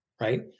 right